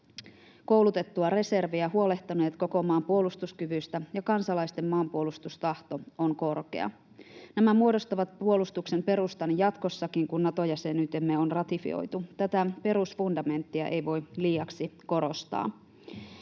koulutettua reserviä, huolehtineet koko maan puolustuskyvystä, ja kansalaisten maanpuolustustahto on korkea. Nämä muodostavat puolustuksen perustan jatkossakin, kun Nato-jäsenyytemme on ratifioitu. Tätä perusfundamenttia ei voi liiaksi korostaa.